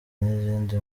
n’izindi